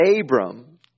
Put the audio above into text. Abram